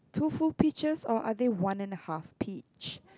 two full peaches or are they one and a half peach